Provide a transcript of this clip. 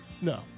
No